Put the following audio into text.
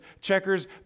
checkers